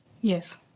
Yes